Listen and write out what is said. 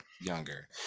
younger